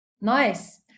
Nice